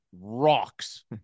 rocks